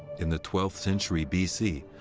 in the twelfth century b c,